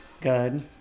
good